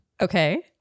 Okay